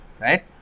right